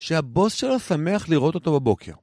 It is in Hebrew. שהבוס שלו שמח לראות אותו בבוקר.